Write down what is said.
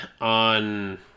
on